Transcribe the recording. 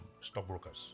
stockbrokers